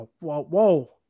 whoa